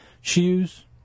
shoes